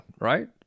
right